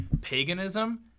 paganism